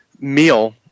meal